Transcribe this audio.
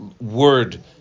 word